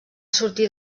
sortir